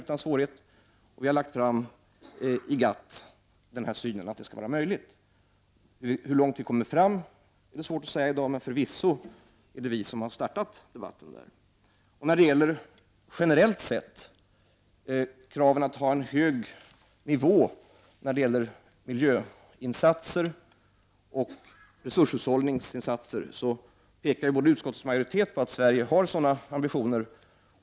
Vi har i GATT framlagt synen att det skall vara möjligt. Hur lång tid det kan ta att komma fram är svårt att säga, men förvisso är det vi som har startat debatten. När det generellt gäller kravet att ha en hög nivå på miljöinsatser och resurshushållningsinsatser pekar utskottsmajoriteten på att Sverige har sådana ambitioner.